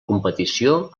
competició